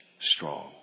strong